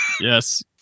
Yes